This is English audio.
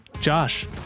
Josh